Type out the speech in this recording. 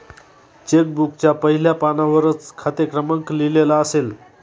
check बुकच्या पहिल्या पानावरच खाते क्रमांक लिहिलेला असेल